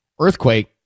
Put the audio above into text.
earthquake